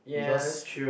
because